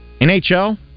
NHL